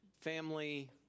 family